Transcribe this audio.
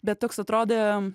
bet toks atrodė